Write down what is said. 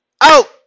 Out